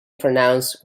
pronounced